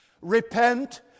Repent